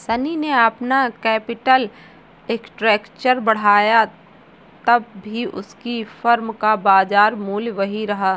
शनी ने अपना capital structure बढ़ाया तब भी उसकी फर्म का बाजार मूल्य वही रहा